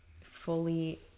fully